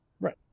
Right